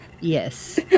Yes